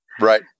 Right